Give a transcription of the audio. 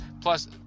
plus